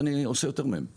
ואני עושה יותר מהם כתחבורה.